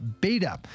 Beta